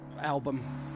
album